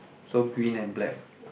so green and black